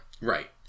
Right